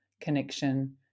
connection